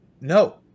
No